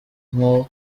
ngo